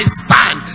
stand